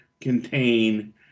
contain